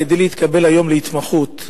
כדי להתקבל היום להתמחות,